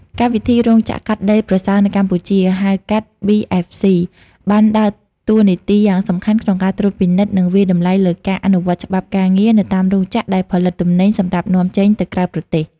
កម្មវិធី "រោងចក្រកាន់តែប្រសើរនៅកម្ពុជា" ហៅកាត់ BFC បានដើរតួនាទីយ៉ាងសំខាន់ក្នុងការត្រួតពិនិត្យ និងវាយតម្លៃលើការអនុវត្តច្បាប់ការងារនៅតាមរោងចក្រដែលផលិតទំនិញសម្រាប់នាំចេញទៅក្រៅប្រទេស។